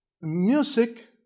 Music